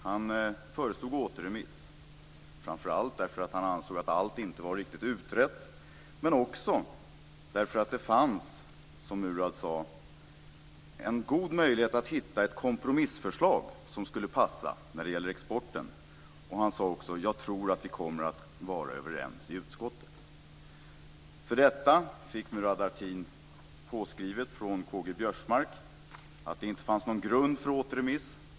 Han föreslog återremiss, framför allt därför att han ansåg att allt inte var riktigt utrett, men också därför att det, som Murad sade, fanns en god möjlighet att hitta ett kompromissförslag som skulle passa när det gäller exporten. Han sade också: Jag tror att vi kommer att vara överens i utskottet. För detta fick Murad Artin påskrivet från K-G Biörsmark att det inte fanns någon grund för återremiss.